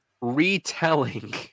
retelling